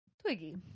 Twiggy